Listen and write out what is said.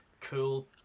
cool